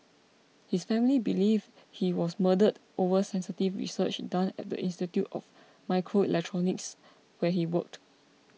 his family believe he was murdered over sensitive research done at the Institute of Microelectronics where he worked